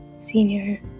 senior